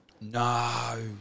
No